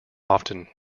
often